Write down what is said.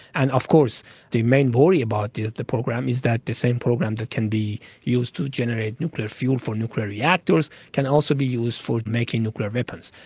and of course the main worry about the the program is that the same program that can be used to generate nuclear fuel for nuclear reactors, can also be used for making nuclear weapons.